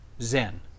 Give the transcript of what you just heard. Zen